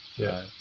yeah.